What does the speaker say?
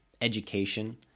education